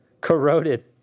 Corroded